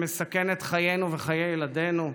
שמסכן את חיינו וחיי ילדינו,